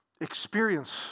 Experience